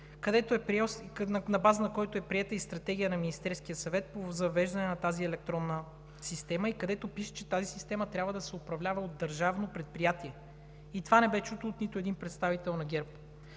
на база на който е приета и Стратегия на Министерския съвет за въвеждане на тази електронна система, и където пише, че тази система трябва да се управлява от държавно предприятие. И това не бе чуто от нито един представител на ГЕРБ.